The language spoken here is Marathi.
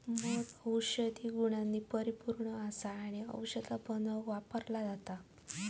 मध औषधी गुणांनी परिपुर्ण असा आणि औषधा बनवुक वापरलो जाता